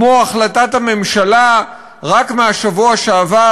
כמו החלטת הממשלה רק מהשבוע שעבר,